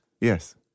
Yes